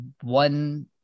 one